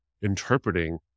interpreting